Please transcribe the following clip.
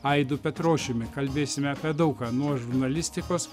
aidu petrošiumi kalbėsime apie daug ką nuo žurnalistikos